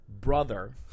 Brother